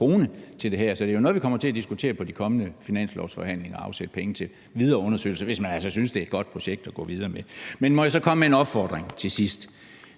krone til det her. Så det er jo noget, vi kommer til at diskutere i de kommende års finanslovsforhandlinger, altså at afsætte penge til videre undersøgelser, hvis man altså synes, at det er et godt projekt at gå videre med. Men må jeg så komme med en opfordring til sidst